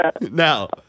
Now